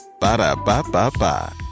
Ba-da-ba-ba-ba